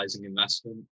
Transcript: investment